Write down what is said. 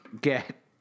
get